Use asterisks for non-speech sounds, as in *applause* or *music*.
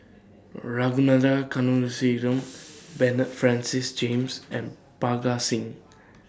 Ragunathar *unintelligible* Bernard Francis James and Parga Singh